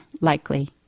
likely